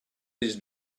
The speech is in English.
his